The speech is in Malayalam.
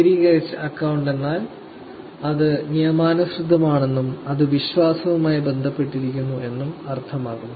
സ്ഥിരീകരിച്ച അക്കൌണ്ട് എന്നാൽ അത് നിയമാനുസൃതമാണെന്നും അത് വിശ്വാസവുമായി ബന്ധപ്പെട്ടിരിക്കുന്നു എന്നും അർത്ഥമാക്കുന്നു